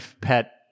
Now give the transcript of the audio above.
pet